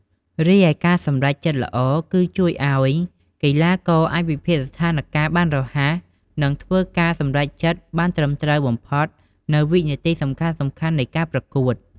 រីឯការសម្រេចចិត្តល្អគឺ ជួយឲ្យកីឡាករអាចវិភាគស្ថានការណ៍បានរហ័ស និងធ្វើការសម្រេចចិត្តបានត្រឹមត្រូវបំផុតនៅវិនាទីសំខាន់ៗនៃការប្រកួត។